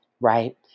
Right